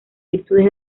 virtudes